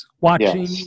watching